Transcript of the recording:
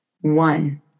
One